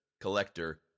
collector